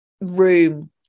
room